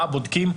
מה בודקים,